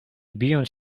bijąc